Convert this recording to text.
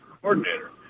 coordinator